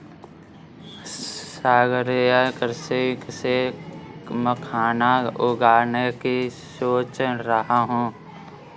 सागरीय कृषि से मखाना उगाने की सोच रहा हूं